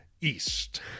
East